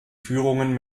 führungen